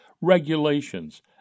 regulations